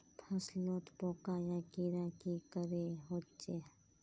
फसलोत पोका या कीड़ा की करे होचे?